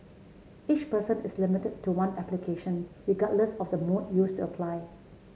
each person is limited to one application regardless of the mode used to apply